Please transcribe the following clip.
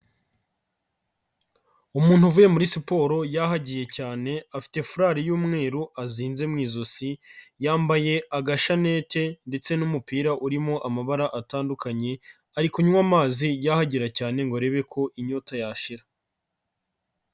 Umuntu uvuye muri siporo yahagiye cyane, afite furari y'umweru azinze mu ijosi, yambaye agashanete ndetse n'umupira urimo amabara atandukanye, ari kunywa amazi yahagira cyane ngo arebe ko inyota yashira.